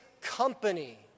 company